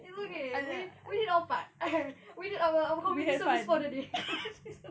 it's okay we we did our part we did our our community service for the day community service